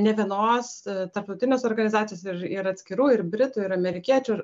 ne vienos tarptautinės organizacijos ir ir atskirų ir britų ir amerikiečių